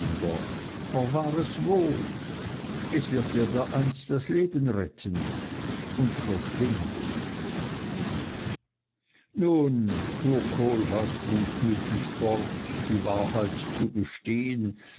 wohl es wird dir dereinst das leben retten und verschwindet nun fuhr kohlhaas gutmütig fort die wahrheit zu gestehen